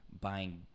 buying